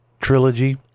trilogy